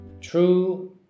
true